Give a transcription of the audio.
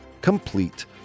complete